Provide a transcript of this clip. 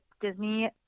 Disney